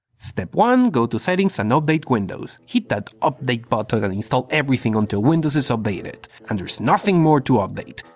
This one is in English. step one. go to settings and update windows, hit that update but button and install everything until windows is updated and there is nothing more to update.